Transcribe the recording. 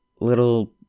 Little